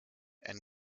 and